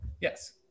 Yes